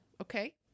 okay